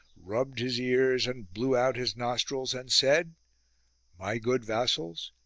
rubbed his ears and blew out his nostrils and said my good vassals,